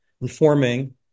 informing